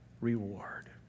reward